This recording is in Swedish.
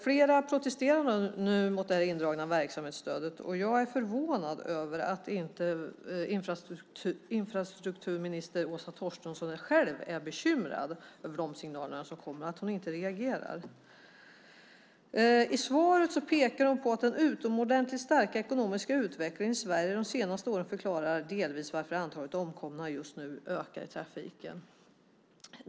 Flera protesterar nu mot det indragna verksamhetsstödet, och jag är förvånad över att inte infrastrukturminister Åsa Torstensson själv är bekymrad över de signaler som kommer. I svaret pekar hon på att den utomordentligt starka ekonomiska utvecklingen i Sverige de senaste åren delvis förklarar varför antalet omkomna just nu ökar i trafiken.